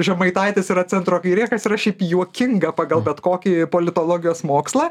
žemaitaitis yra centro kairė kas yra šiaip juokinga pagal bet kokį politologijos mokslą